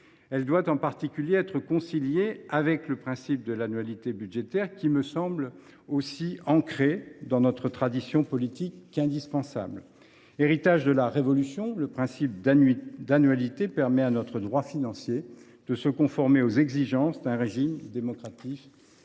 Elle doit en particulier être conciliée avec le principe de l’annualité budgétaire, ancré dans notre tradition politique et que je crois indispensable. Héritage de la révolution, ce principe permet à notre droit financier de se conformer aux exigences d’un régime démocratique représentatif.